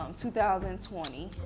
2020